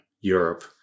Europe